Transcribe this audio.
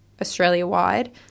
Australia-wide